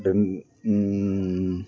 రెంన్